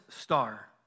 star